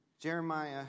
Jeremiah